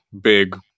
big